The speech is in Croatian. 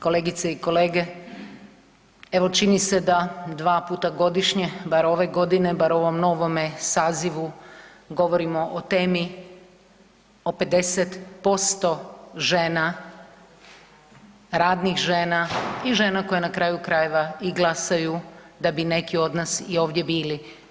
Kolegice i kolege, evo čini se da 2 puta godišnje, bar ove godine, bar ovom novome sazivu govorimo o temi o 50% žena, radnih žena i žena koje na kraju krajeva i glasaju da bi neki od nas i ovdje bili.